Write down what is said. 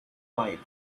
dive